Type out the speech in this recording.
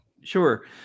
Sure